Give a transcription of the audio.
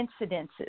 incidences